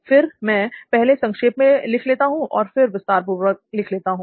फिर मैं पहले संक्षेप में लिख लेता हूं और फिर विस्तारपूर्वक लिख लेता हूं